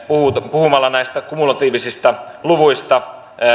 puhumalla näistä kumulatiivisista luvuista